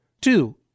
Two